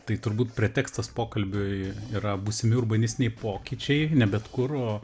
tai turbūt pretekstas pokalbiui yra būsimi urbanistiniai pokyčiai ne bet kur o